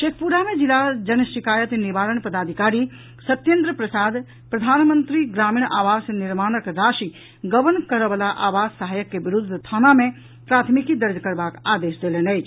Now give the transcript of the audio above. शेखपुरा मे जिला जन शिकायत निवारण पदाधिकारी सत्येन्द्र प्रसाद प्रधानमंत्री ग्रामीण आवास निर्माणक राशि गबन करऽ बला आवास सहायक के विरूद्व थाना मे प्राथमिकी दर्ज करबाक आदेश देलनि अछि